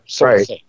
Right